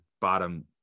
bottom